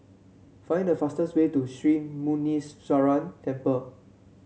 find the fastest way to Sri Muneeswaran Temple